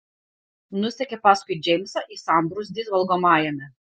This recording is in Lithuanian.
nusekė paskui džeimsą į sambrūzdį valgomajame